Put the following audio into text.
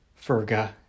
Ferga